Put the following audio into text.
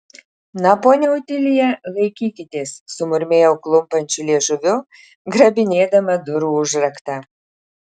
na ponia otilija laikykitės sumurmėjau klumpančiu liežuviu grabinėdama durų užraktą